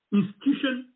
institution